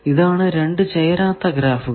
ഇതാണ് രണ്ട് ചേരാത്ത ഗ്രാഫുകൾ